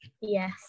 yes